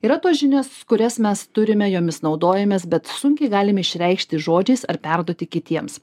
yra tos žinios kurias mes turime jomis naudojamės bet sunkiai galim išreikšti žodžiais ar perduoti kitiems